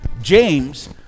James